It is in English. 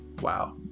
wow